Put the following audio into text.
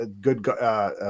good